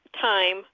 time